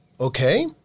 okay